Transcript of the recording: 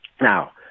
Now